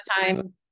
time